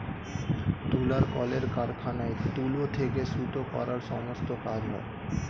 তুলার কলের কারখানায় তুলো থেকে সুতো করার সমস্ত কাজ হয়